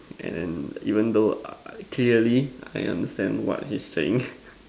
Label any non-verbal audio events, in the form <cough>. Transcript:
and then even though uh clearly I understand what he's saying <laughs>